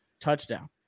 touchdown